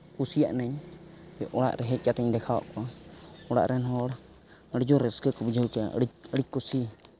ᱠᱩᱥᱤᱭᱟᱜ ᱱᱟᱹᱧ ᱡᱮ ᱚᱲᱟᱜ ᱨᱮ ᱦᱮᱡ ᱠᱟᱛᱮᱫ ᱤᱧ ᱫᱮᱠᱷᱟᱣᱟᱫ ᱠᱚᱣᱟ ᱚᱲᱟᱜ ᱨᱮᱱ ᱦᱚᱲ ᱟᱹᱰᱤ ᱡᱳᱨ ᱨᱟᱹᱥᱠᱟᱹ ᱠᱚ ᱵᱩᱡᱷᱟᱹᱣ ᱠᱮᱫᱼᱟ ᱟᱹᱰᱤ ᱟᱹᱰᱤ ᱠᱩᱥᱤ